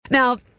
Now